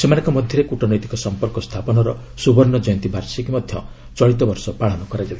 ସେମାନଙ୍କ ମଧ୍ୟରେ କ୍ରଟନୈତିକ ସମ୍ପର୍କ ସ୍ଥାପନର ସୁବର୍ଷ୍ଣ ଜୟନ୍ତୀ ବାର୍ଷିକୀ ଚଳିତ ବର୍ଷ ପାଳନ କରାଯାଇଛି